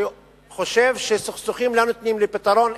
שחושב שסכסוכים לא ניתנים לפתרון,